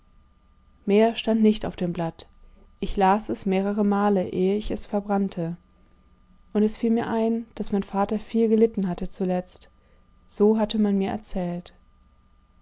mehr stand nicht auf dem blatt ich las es mehrere male ehe ich es verbrannte und es fiel mir ein daß mein vater viel gelitten hatte zuletzt so hatte man mir erzählt